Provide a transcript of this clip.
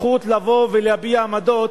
זכות לבוא ולהביע עמדות,